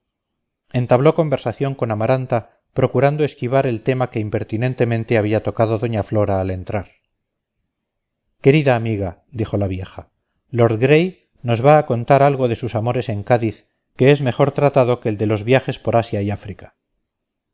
entabló conversación con amaranta procurando esquivar el tema que impertinentemente había tocado doña flora al entrar querida amiga dijo la vieja lord gray nos va a contar algo de sus amores en cádiz que es mejor tratado que el de los viajes por asia y áfrica